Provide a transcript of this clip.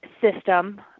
system